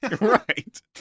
Right